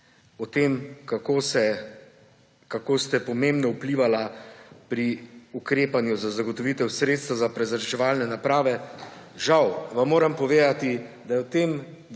to, kako ste pomembno vplivali pri ukrepanju za zagotovitev sredstev za prezračevalne naprave. Žal vam moramo povedati, da je v tem